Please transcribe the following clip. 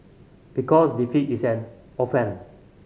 because defeat is an orphan